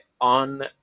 on